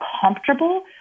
comfortable